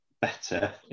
better